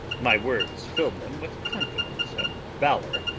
my words filled them with confidence and valour,